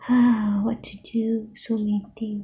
!hais! what to do so many things